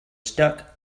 stuck